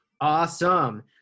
Awesome